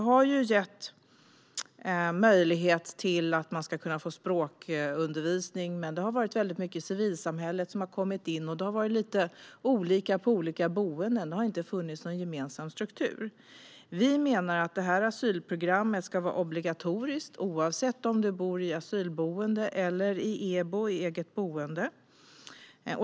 Det finns möjlighet till språkundervisning, men det har varit civilsamhället som har kommit in där. Det har varit lite olika på olika boenden. Det har inte funnits någon gemensam struktur. Vi menar att asylprogrammet ska vara obligatoriskt oavsett om du bor i asylboende eller i EBO, eget boende.